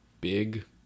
big